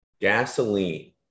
gasoline